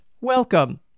welcome